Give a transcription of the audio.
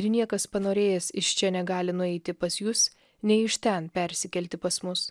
ir niekas panorėjęs iš čia negali nueiti pas jus nei iš ten persikelti pas mus